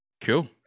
Cool